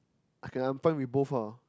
I can I'm fine with both ah